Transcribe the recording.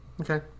okay